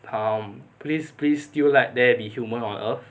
um please please still let there be human on earth